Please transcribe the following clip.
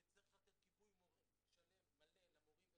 וצריך לתת גיבוי שלם ומלא למורים ולמנהלים,